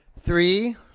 Three